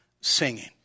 singing